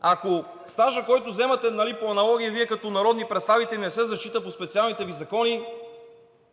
Ако стажът, който заемате по аналогия Вие като народни представители, не се зачита по специалните Ви закони,